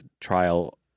trial